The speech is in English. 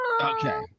okay